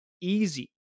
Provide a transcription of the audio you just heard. easy